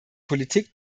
politik